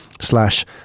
slash